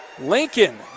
Lincoln